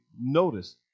notice